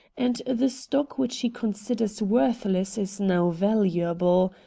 and the stock which he considers worthless is now valuable.